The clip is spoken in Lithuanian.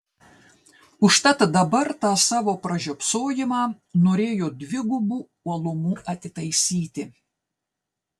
užtat dabar tą savo pražiopsojimą norėjo dvigubu uolumu atitaisyti